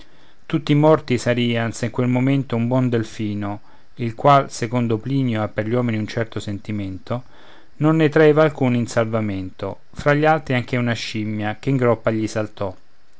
naufragò tutti morti sarian se in quel momento un buon delfino il qual secondo plinio ha per gli uomini un certo sentimento non ne traeva alcuni in salvamento fra gli altri anche una scimia che in groppa gli saltò